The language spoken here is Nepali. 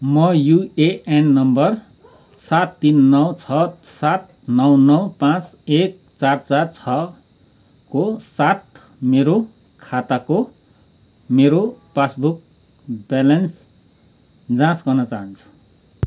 म युएएन नम्बर सात तिन नौ छः सात नौ नौ पाँच एक चार चार छः को साथ मेरो खाताको मेरो पासबुक ब्यालेन्स जाँच गर्न चाहन्छु